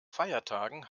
feiertagen